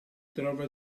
trova